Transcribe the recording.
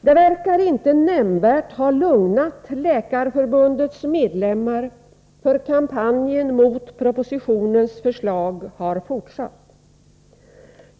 Det verkar inte nämnvärt ha lugnat Läkarförbundets medlemmar, för kampanjen mot propositionens förslag har fortsatt.